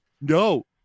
No